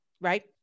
right